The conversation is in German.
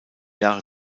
jahre